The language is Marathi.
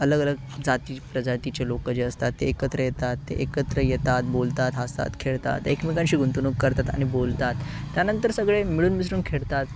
अलग अलग जाती प्रजातीचे लोकं जे असतात ते एकत्र येतात ते एकत्र येतात बोलतात हसतात खेळतात एकमेकांशी गुंतवणूक करतात आणि बोलतात त्यानंतर सगळे मिळून मिसळून खेळतात